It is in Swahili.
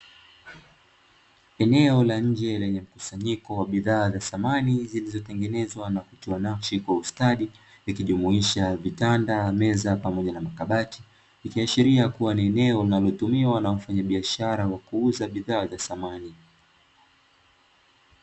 Eneo la nje lenye mkusanyiko wa bidhaa za samani zilizotengenezwa kwa kutiwa nakshi kwa ustadi, likijumuisha vitanda, meza pamoja na makabati, ikiashiria kuwa ni eneo linalotumiwa na wafanyabiashara wakuuza bidhaa za samani.